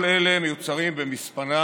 כל אלה מיוצרים במספנה,